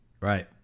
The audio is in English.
Right